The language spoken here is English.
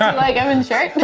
like evan's shirt?